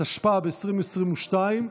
התשפ"ב 2022,